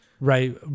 right